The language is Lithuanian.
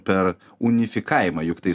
per unifikavimą juk tai